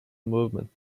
movement